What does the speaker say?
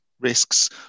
risks